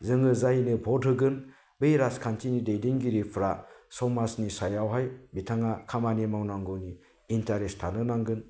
जोङो जायनो भट होगोन बै राजखान्थिनि दैदेनगिरिफोरा समाजनि सायावहाय बिथाङा खामानि मावनांगौनि इन्टारेस्ट थानो नांगोन